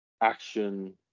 action